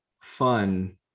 fun